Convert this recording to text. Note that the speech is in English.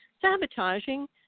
sabotaging